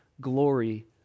glory